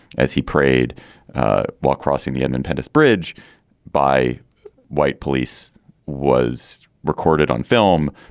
as he prayed while crossing the edmund pettus bridge by white police was recorded on film.